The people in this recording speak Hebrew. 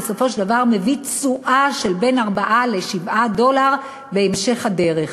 בסופו של דבר מביא תשואה של בין 4 ל-7 דולר בהמשך הדרך.